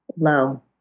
low